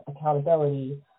accountability